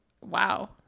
Wow